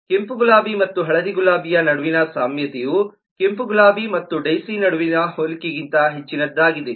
ಕೆಂಪು ಗುಲಾಬಿ ಮತ್ತು ಹಳದಿ ಗುಲಾಬಿಯ ನಡುವಿನ ಸಾಮ್ಯತೆಯು ಕೆಂಪು ಗುಲಾಬಿ ಮತ್ತು ಡೈಸಿ ನಡುವಿನ ಹೋಲಿಕೆಗಿಂತ ಹೆಚ್ಚಿನದಾಗಿದೆ